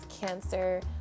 cancer